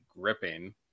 gripping